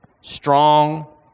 strong